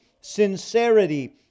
sincerity